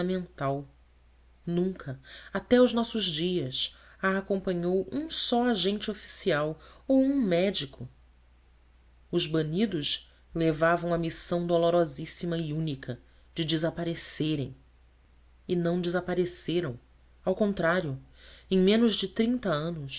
a intervenção governamental nunca até aos nossos dias a acompanhou um só agente oficial ou um médico os banidos levavam a missão dolorosíssima e única de desaparecerem e não desapareceram ao contrário em menos de trinta anos